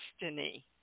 destiny